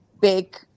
big